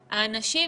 האנשים,